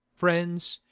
friends,